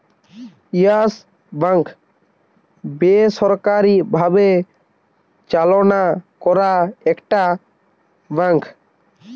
yes bank বেসরকারি ভাবে চালনা করা একটা ব্যাঙ্ক